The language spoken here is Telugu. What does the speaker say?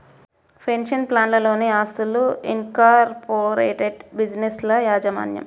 పెన్షన్ ప్లాన్లలోని ఆస్తులు, ఇన్కార్పొరేటెడ్ బిజినెస్ల యాజమాన్యం